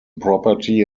property